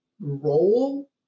role